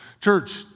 Church